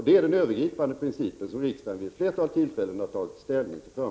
Det är den övergripande princip som riksdagen vid ett flertal tillfällen tagit ställning för.